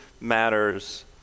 matters